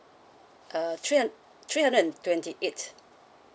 uh three hun~ three hundred and twenty eight